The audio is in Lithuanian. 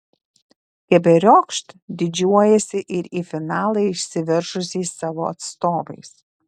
keberiokšt didžiuojasi ir į finalą išsiveržusiais savo atstovais